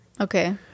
Okay